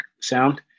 sound